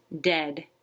Dead